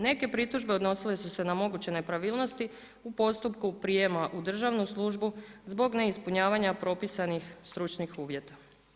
Neke pritužbe odnosile su se na moguće nepravilnosti u postupku prijema u državnu službu zbog neispunjavanja propisanih stručnih uvjeta.